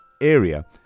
area